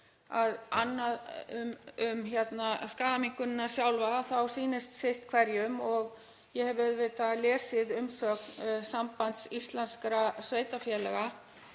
að um skaðaminnkunina sjálfa þá sýnist sitt hverjum. Ég hef auðvitað lesið umsögn Sambands íslenskra sveitarfélaga